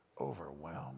overwhelmed